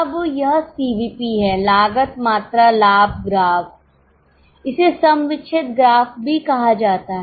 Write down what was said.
अब यह सीवीपी है लागत मात्रा लाभ ग्राफ इसे सम विच्छेद ग्राफ भी कहा जाता है